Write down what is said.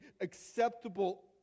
acceptable